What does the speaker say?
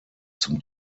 zum